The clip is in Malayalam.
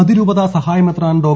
അതിരൂപതാ സഹായമെത്രാൻ ഡോ